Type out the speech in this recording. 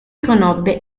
conobbe